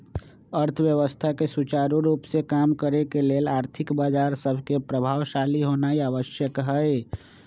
अर्थव्यवस्था के सुचारू रूप से काम करे के लेल आर्थिक बजार सभके प्रभावशाली होनाइ आवश्यक हइ